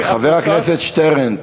חבר הכנסת שטרן,